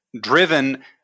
driven